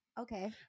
Okay